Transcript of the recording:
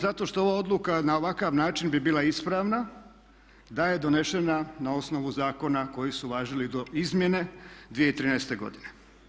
Zato što je ova odluka na ovakav način bi bila ispravna da je donešena na osnovu zakona koji su važili do izmjene 2013. godine.